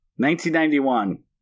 1991